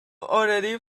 already